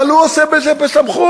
אבל הוא עושה בזה בסמכות.